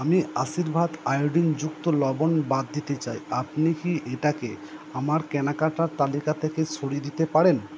আমি আশীর্বাদ আয়োডিনযুক্ত লবণ বাদ দিতে চাই আপনি কি এটাকে আমার কেনাকাটার তালিকা থেকে সরিয়ে দিতে পারেন